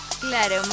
Claro